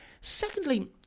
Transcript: Secondly